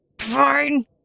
fine